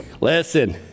Listen